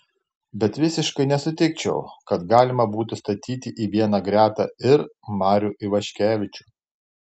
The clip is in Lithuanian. bet visiškai nesutikčiau kad galima būtų statyti į vieną gretą ir marių ivaškevičių